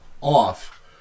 off